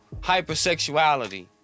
hypersexuality